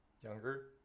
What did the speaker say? younger